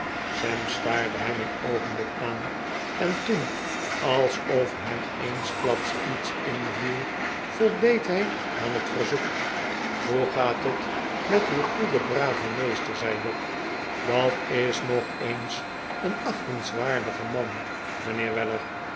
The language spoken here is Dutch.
sam staarde hem een oogenblik aan en toen alsof hem eensklaps iets inviel voldeed hij aan zijn verzoek hoe gaat het met uw goeden braven meester zei job dat is nog eens een achtenswaardige man mijnheer weller